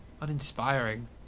uninspiring